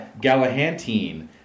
Galahantine